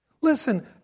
Listen